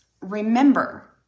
remember